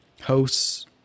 hosts